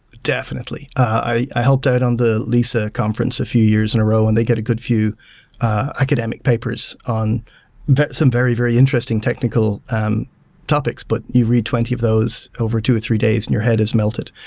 definitely. i helped out on the lisa conference a few years in a row and they get a good view academic papers on some very very interesting technical um topics, but you read twenty of those over two or three days and your head is melted.